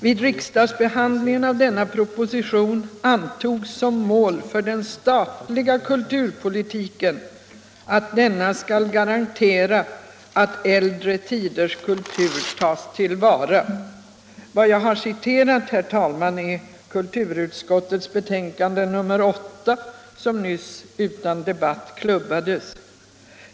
Vid riksdagsbehandlingen av denna proposition antogs som mål för den statliga kulturpolitiken att denna skall garantera att äldre tiders kultur tas till vara. Vad jag här anfört är, herr talman, direkt hämtat ur kulturutskottets betänkande nr 8, som nyss utan debatt klubbades.